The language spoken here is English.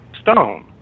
stone